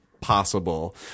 possible